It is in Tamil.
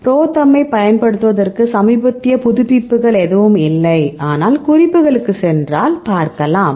ProTherm ஐப் பயன்படுத்துவதற்கு சமீபத்திய புதுப்பிப்புகள் எதுவும் இல்லை ஆனால் குறிப்புகளுக்குச் சென்றால் பார்க்கலாம்